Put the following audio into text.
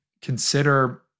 consider